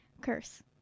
Curse